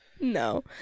No